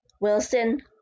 Wilson